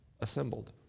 assembled